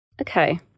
Okay